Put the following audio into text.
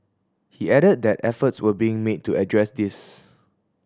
he added that efforts were being made to address this